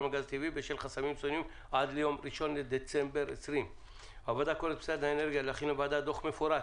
הוועדה קוראת למשרד האנרגיה להכין לוועדה דוח מפורט